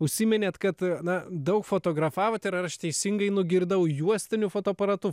užsiminėt kad na daug fotografavot ir ar aš teisingai nugirdau juostiniu fotoaparatu